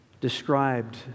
described